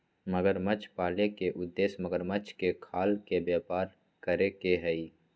मगरमच्छ पाले के उद्देश्य मगरमच्छ के खाल के व्यापार करे के हई